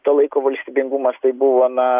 to laiko valstybingumas tai buvo na